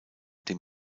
den